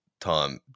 time